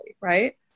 right